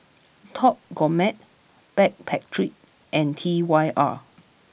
Top Gourmet Backpedic and T Y R